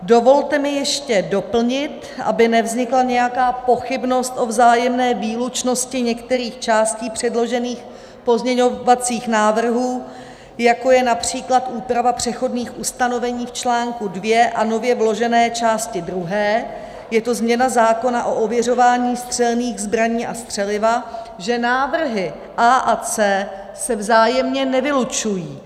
Dovolte mi ještě doplnit, aby nevznikla nějaká pochybnost o vzájemné výlučnosti některých částí předložených pozměňovacích návrhů, jako je například úprava přechodných ustanovení v článku II a nově vložené části druhé, je to změna zákona o ověřování střelných zbraní a střeliva, že návrhy A a C se vzájemně nevylučují.